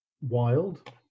wild